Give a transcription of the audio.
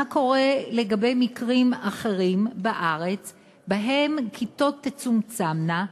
מה קורה לגבי מקרים אחרים בארץ שבהם כיתות תצומצמנה,